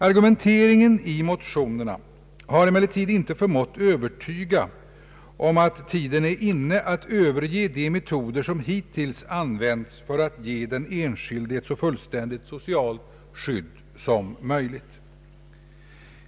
Argumenteringen i motionerna har emellertid inte förmått övertyga om att tiden är inne att överge de metoder som hittills använts för att ge den enskilde ett så fullständigt socialt skydd som möjligt.